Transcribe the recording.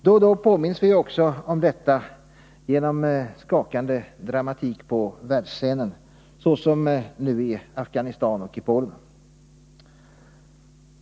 Då och då påminns vi ju också om detta genom skakande dramatik på världsscenen, såsom nu i Afghanistan och i Polen.